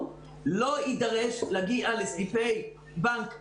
הוא לא יידרש להגיע לסניפי בנק הדואר.